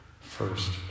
first